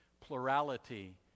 Plurality